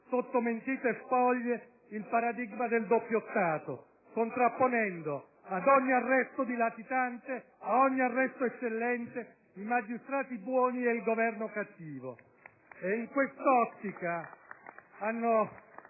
sotto mentite spoglie il paradigma del doppio Stato, contrapponendo ad ogni arresto di latitante, ad ogni arresto eccellente, i magistrati buoni e il Governo cattivo. *(Applausi dal